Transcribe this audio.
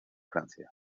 francia